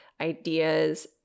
ideas